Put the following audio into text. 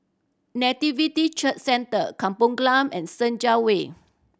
Nativity Church Centre Kampong Glam and Senja Way